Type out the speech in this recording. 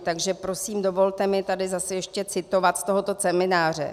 Takže prosím dovolte mi tady zase ještě citovat z tohoto semináře: